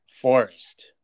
Forest